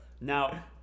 now